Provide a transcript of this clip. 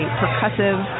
percussive